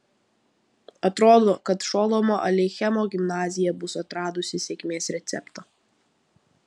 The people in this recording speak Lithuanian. atrodo kad šolomo aleichemo gimnazija bus atradusi sėkmės receptą